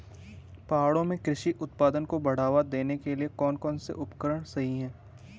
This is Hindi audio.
पहाड़ों में कृषि उत्पादन को बढ़ावा देने के लिए कौन कौन से उपकरण सही हैं?